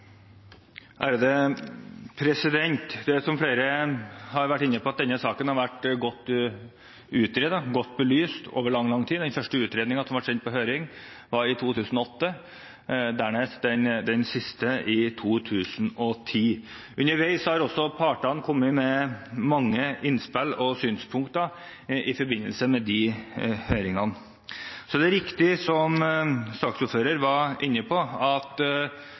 ha karantene. Det som flere har vært inne på, er at denne saken har vært godt utredet og godt belyst – over lang, lang tid. Den første utredningen ble sendt på høring i 2008, dernest den siste i 2010. Underveis har også partene kommet med mange innspill og synspunkter i forbindelse med disse høringene. Så er det riktig, som saksordføreren var inne på, at